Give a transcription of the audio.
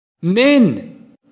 men